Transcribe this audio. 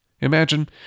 imagine